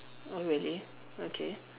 oh really okay